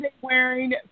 wearing